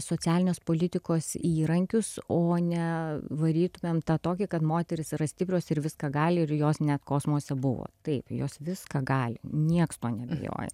socialinės politikos įrankius o ne varytumėm tą tokį kad moterys yra stiprios ir viską gali ir jos net kosmose buvo taip jos viską gali nieks tuo neabejoja